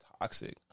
toxic